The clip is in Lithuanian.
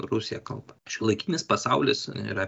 rusija kalba šiuolaikinis pasaulis yra